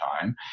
time